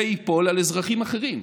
זה ייפול על אזרחים אחרים.